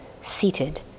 seated